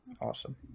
Awesome